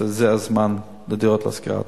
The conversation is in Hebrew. זה הזמן לדירות להשכרה.